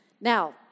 now